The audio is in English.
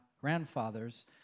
grandfathers